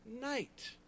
night